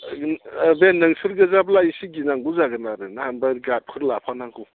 बे नोंसोर गोजाब्ला इसे गिनांगौ जागोन आरो ना ओमफ्राय गार्दफोर लाफानांगौ